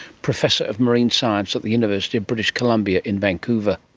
professor of marine science at the university of british columbia in vancouver.